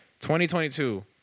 2022